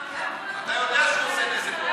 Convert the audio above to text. עובדות, אתה יודע שהוא עושה נזק.